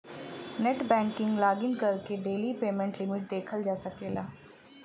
net banking login करके daily payment limit देखल जा सकला